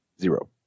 Zero